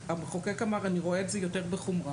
המחוקק אמר שהוא רואה את זה יותר בחומרה